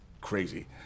crazy